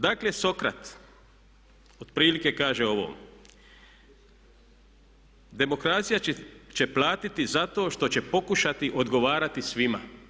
Dakle Sokrat otprilike kaže ovo: „ Demokracija će platiti zato što će pokušati odgovarati svima.